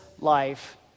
life